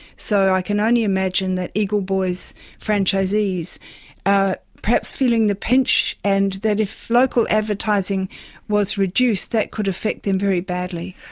so i can only imagine that eagle boys franchisees are perhaps feeling the pinch, and that if local advertising was reduced, that could affect them very badly.